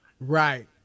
Right